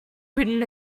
written